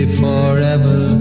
forever